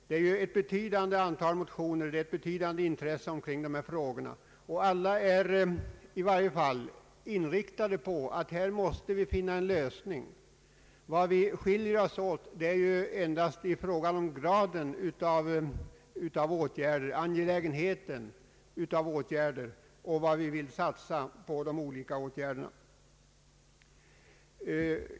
Det föreligger ett betydande antal motioner och ett stort intresse för dessa frågor, och alla är inriktade på att här måste vi finna en lösning. Vi skiljer oss åt endast i fråga om graden av åtgärder samt vad vi vill satsa på de olika åtgärderna.